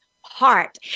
heart